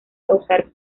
causar